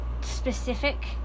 specific